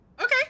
Okay